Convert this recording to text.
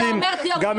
אז אתה אומר --- משפטיים?